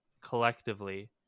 collectively